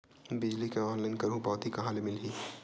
बिजली के ऑनलाइन करहु पावती कहां ले मिलही?